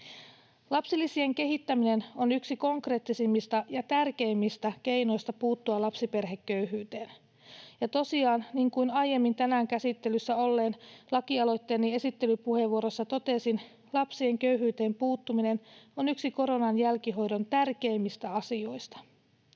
Lapsilisien kehittäminen on yksi konkreettisimmista ja tärkeimmistä keinoista puuttua lapsiperheköyhyyteen. Ja tosiaan, niin kuin aiemmin tänään käsittelyssä olleen lakialoitteeni esittelypuheenvuorossa totesin, lapsien köyhyyteen puuttuminen on yksi koronan jälkihoidon tärkeimmistä asioista.